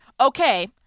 Okay